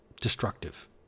destructive